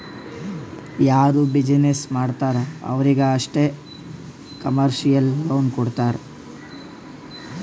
ಯಾರು ಬಿಸಿನ್ನೆಸ್ ಮಾಡ್ತಾರ್ ಅವ್ರಿಗ ಅಷ್ಟೇ ಕಮರ್ಶಿಯಲ್ ಲೋನ್ ಕೊಡ್ತಾರ್